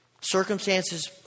Circumstances